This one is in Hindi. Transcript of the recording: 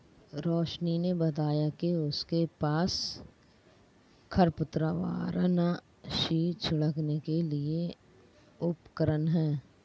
रोशिनी ने बताया कि उसके पास खरपतवारनाशी छिड़कने के लिए उपकरण है